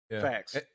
Facts